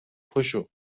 پاشو